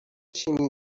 شیمی